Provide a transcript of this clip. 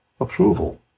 approval